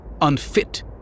unfit